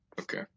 okay